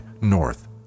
north